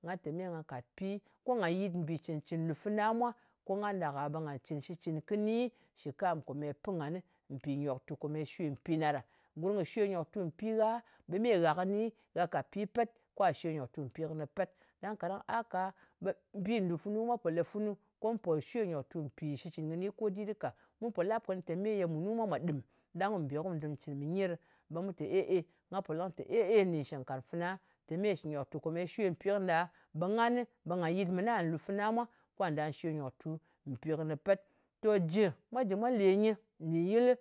ɓa te me nga kàt pi ko nga yit mbì cɨn-cɨn nlù fana mwa, ko ngan ɗak-a ɓe nga cɨn shitcɨn kɨni shɨ kam komeye pɨn ngan, mpì nyòktù komeye shwe mpi na ɗa. Kaɗang gurm kɨ shwe nyoktu mpi gha, ɓe me gha kɨni gha kàt pi pet ko gha shwe nyòktu mpi kɨnɨ pet. Dang kaɗang a ka, ɓe bi nlù funu mwa pò lē funu ko mù po shwe kɨ̀ nyòktu mpì shitcɨn kɨbi ko dit ɗɨ ka. Mu pò lap kɨnɨ tè meye munu mwa mwà ɗɨm ɗang mù bè ko mù du cɨn mɨ nyi ɗɨ. Ɓu mu tè e-e. Nga pò lɨ kɨnɨ tè e-e nɗin shɨngnkarng fana. Tè me shɨ mpì nyòktù kò ye shwe mpi kɨnɨ ɗa, ɓe ngan nɨ nga yɨt mɨna nlù fana kà ndà shwe nyòktu mpi kɨnɨ pet. Tò jɨ, mwa jɨ mwa lè nyɨ ka yɨlɨ.